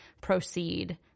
proceed